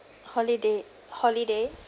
holiday holiday